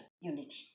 unity